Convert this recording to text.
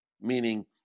meaning